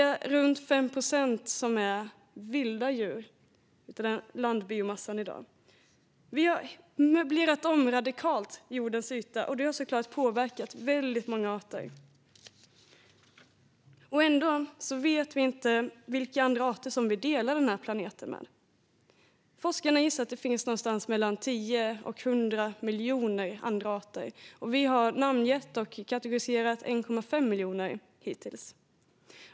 Runt 5 procent av dagens landbiomassa är vilda djur. Vi har möblerat om radikalt på jordens yta, och det har såklart påverkat väldigt många arter. Ändå vet vi inte vilka andra arter vi delar planeten med. Forskarna gissar att det finns någonstans mellan 10 miljoner och 100 miljoner andra arter. Vi har hittills namngett och kategoriserat ca 1,5 miljoner.